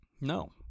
No